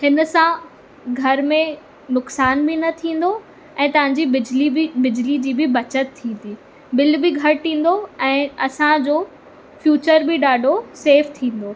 हिन सां घर में नुक़सानु बि न थींदो ऐं तव्हां जी बिजली बि बिजली जी बि बचत थींदी बिल बि घटि ईंदो ऐं असांजो फ्यूचर बि ॾाढो सेफ थींदो